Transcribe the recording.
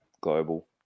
Global